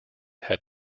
had